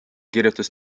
kirjutas